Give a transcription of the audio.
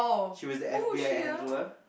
she was the f_b_i handler